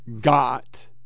got